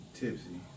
tipsy